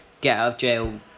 get-out-of-jail